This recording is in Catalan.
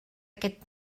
aquest